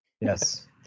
Yes